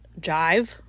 jive